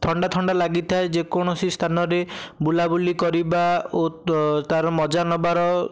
ଥଣ୍ଡା ଥଣ୍ଡା ଲାଗିଥାଏ ଯେକୌଣସି ସ୍ଥାନରେ ବୁଲା ବୁଲି କରିବା ଓ ତା'ର ମଜା ନେବାର